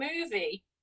movie